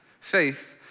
Faith